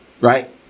right